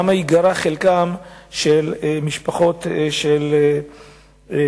למה ייגרע חלקן של משפחות של מתאבדים,